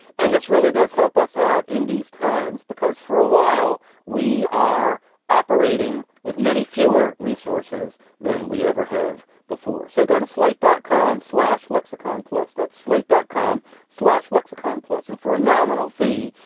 and this really does help us out in these times, because for a while we are operating with many fewer resources than we ever have before. so go to slate dot com slash lexicon, plus that slate dot com slash lexicon plus. and for a nominal fee,